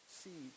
see